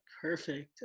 perfect